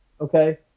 okay